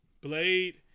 Blade